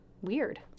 weird